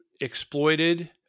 exploited